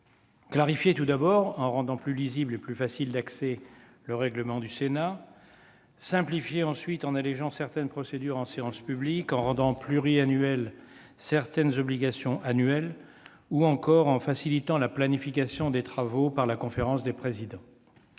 Clarifier, tout d'abord, en rendant plus lisible et plus facile d'accès le règlement du Sénat ; simplifier, ensuite, en allégeant certaines procédures en séance publique, en rendant pluriannuelles certaines obligations annuelles ou encore en facilitant la planification des travaux par la conférence des présidents